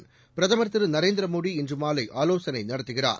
வங்கி பிரதமர் திரு நரேந்திரமோடிஇன்று மாலை ஆலோசனை நடத்துகிறார்